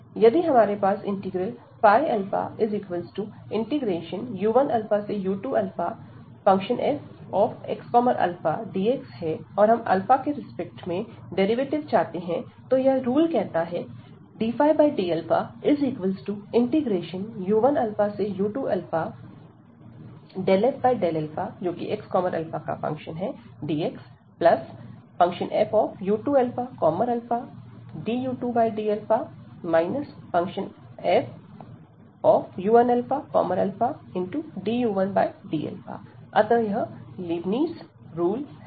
यदि हमारे पास इंटीग्रल Φu1u2fxαdx है और हम के रिस्पेक्ट में डेरिवेटिव चाहते हैं तो यह रूल कहता है ddu1u2fxαdx fu2ααdu2dα fu1ααdu1dα अतः यह लेबनीज़ रूल है